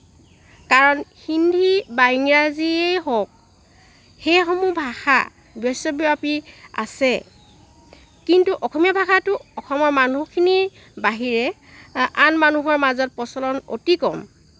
কাৰণ হিন্দী বা ইংৰাজীয়ে হওক সেইসমূহ ভাষা বিশ্বব্যাপী আছে কিন্তু অসমীয়া ভাষাটো অসমৰ মানুহখিনিৰ বাহিৰে আন মানুহৰ মাজত প্ৰচলন অতি কম